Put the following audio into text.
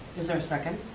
is there a second?